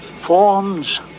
Forms